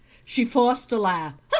she forced a laugh.